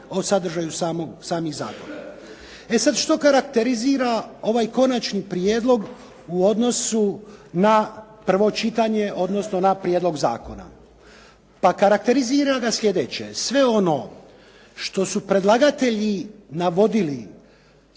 o sadržaju samih zakona. E sad što karakterizira ovaj konačni prijedlog u odnosu na prvo čitanje, odnosno na prijedlog zakona. Pa karakterizira ga slijedeće. Sve ono što su predlagatelji navodili